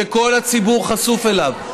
שכל הציבור חשוף אליו,